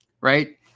right